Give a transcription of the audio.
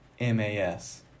MAS